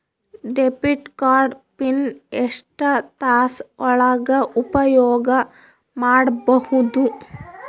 Debit card PIN ಎಷ್ಟ ತಾಸ ಒಳಗ ಉಪಯೋಗ ಮಾಡ್ಬಹುದು?